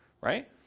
right